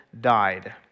died